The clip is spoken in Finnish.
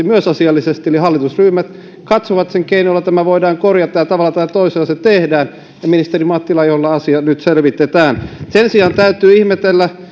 myös asiallisesti eli hallitusryhmät katsovat sen keinon jolla tämä voidaan korjata ja tavalla tai toisella se tehdään ja ministeri mattila sen keinon jolla asiat nyt selvitetään sen sijaan täytyy ihmetellä